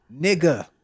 Nigga